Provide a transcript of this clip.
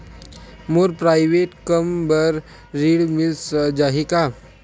मोर private कम बर ऋण मिल जाही का?